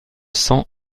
cents